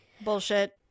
Bullshit